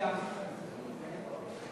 שירות המדינה (גמלאות)